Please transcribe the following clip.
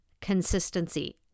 consistency